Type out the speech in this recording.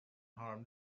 harm